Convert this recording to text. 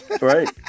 Right